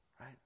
Right